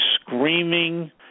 screaming